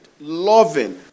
loving